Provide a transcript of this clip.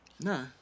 No